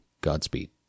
Godspeed